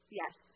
yes